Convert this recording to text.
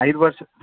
ಐದು ವರ್ಷ